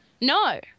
No